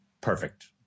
perfect